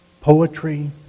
poetry